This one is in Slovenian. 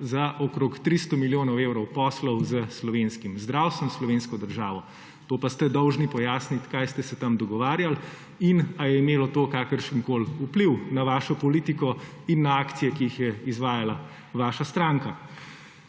za okoli 300 milijonov evrov poslov s slovenskim zdravstvom, s slovensko državo. To pa ste dolžni pojasniti, kaj ste se tam dogovarjali in ali je imelo to kakršenkoli vpliv na vašo politiko in na akcije, ki jih je izvajala vaša stranka.